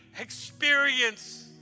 experience